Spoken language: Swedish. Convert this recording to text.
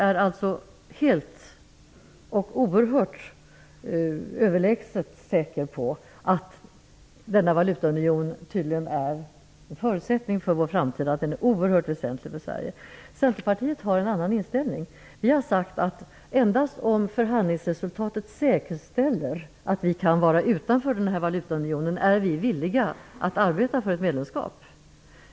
Hon är helt och oerhört överlägset säker på att denna valutaunion är en förutsättning för vår framtid och att den är oerhört väsentlig för Sverige. Centerpartiet har en annan inställning. Vi har sagt att endast om förhandlingsresultatet säkerställer att vi kan vara utanför valutaunionen är vi villiga att arbeta för ett medlemskap.